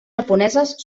japoneses